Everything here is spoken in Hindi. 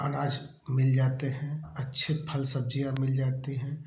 अनाज मिल जाते हैं अच्छे फल सब्जियां मिल जाती हैं